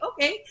okay